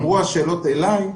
כשייגמרו השאלות אלי,